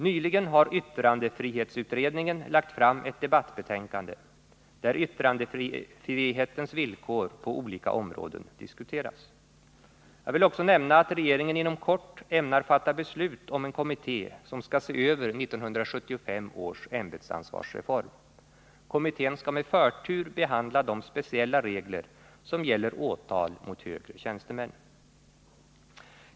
Nyligen har yttrandefrihetsutredningen lagt fram ett debattbetänkande där yttrandefrihetens villkor på olika områden diskuteras. Jag vill också nämna att regeringen inom kort ämnar fatta beslut om en kommitté som skall se över 1975 års ämbetsansvarsreform. Kommittén skall med förtur behandla de speciella regler som gäller åtal mot högre tjänstemän.